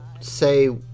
say